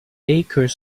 akers